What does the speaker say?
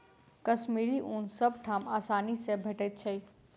कश्मीरी ऊन सब ठाम आसानी सँ भेटैत छै